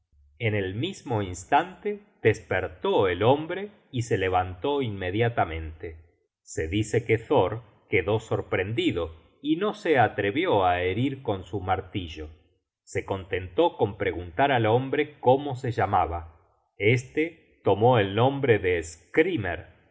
en el mismo instante despertó el hombre y se levantó inmediatamente se dice que thor quedó sorprendido y no se atrevió á herir con su martillo se contentó con preguntar al hombre cómo se llamaba este tomó el nombre de